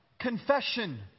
confession